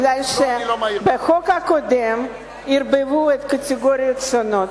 כי בחוק הקודם ערבבו את הקטגוריות השונות,